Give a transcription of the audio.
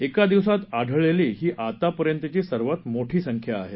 एका दिवसात आढळलेली ही आत्तापर्यंतची सर्वात मोठी संख्या आहे